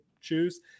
choose